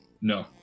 No